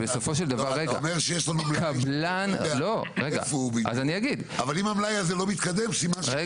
בסופו של דבר קבלן --- אבל אם המלאי הזה לא מתקדם סימן שיש עוד שנה.